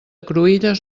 cruïlles